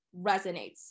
resonates